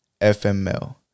fml